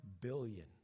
billion